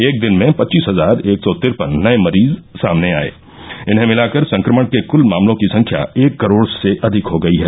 एक दिन में पच्चीस हजार एक सौ तिरपन नये मरीज सामने आये इन्हें मिलाकर संक्रमण के क्ल मामलों की संख्या एक करोड से अधिक हो गई है